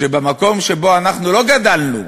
שבמקום שבו אנחנו לא גדלנו,